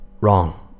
Wrong